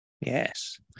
Yes